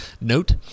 note